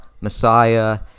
Messiah